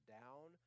down